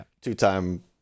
Two-time